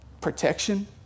protection